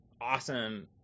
awesome